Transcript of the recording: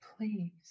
Please